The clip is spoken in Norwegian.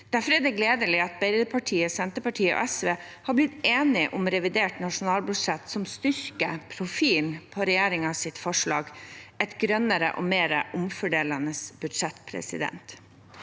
Derfor er det gledelig at Arbeiderpartiet, Senterpartiet og SV er blitt enige om et revidert nasjonalbudsjett som styrker profilen på regjeringens forslag – et grønnere og mer omfordelende budsjett.